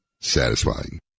Satisfying